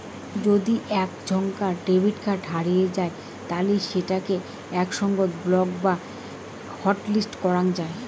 যদি আক ঝন্কার ডেবট কার্ড হারিয়ে যাই তালি সেটোকে একই সঙ্গত ব্লক বা হটলিস্ট করাং যাই